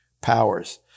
powers